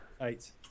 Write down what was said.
Eight